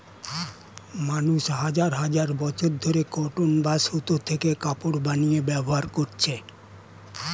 মানুষ হাজার হাজার বছর ধরে কটন বা সুতো থেকে কাপড় বানিয়ে ব্যবহার করছে